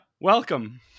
welcome